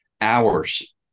hours